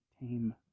tame